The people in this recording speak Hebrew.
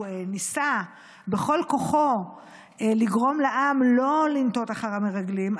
ניסה בכל כוחו לגרום לעם לא לנטות אחר המרגלים,